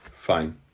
Fine